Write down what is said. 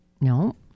No